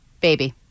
Baby